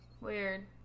Weird